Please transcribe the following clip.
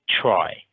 try